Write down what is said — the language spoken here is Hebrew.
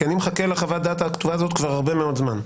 אני מחכה לחוות הדעת הכתובה הזו כבר הרבה מאוד זמן.